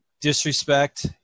disrespect